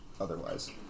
otherwise